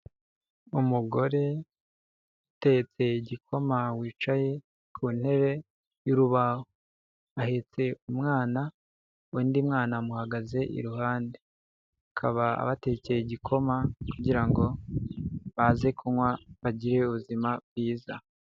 Umugore utetse igikoma, wicaye ku ntebe y'urubaho, ahetse umwana, undi mwana amuhagaze iruhande, bakaba abatekeye igikoma, kugira ngo baze kunywa bagire ubuzima bwiza.